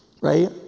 right